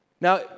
Now